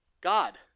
God